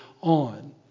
on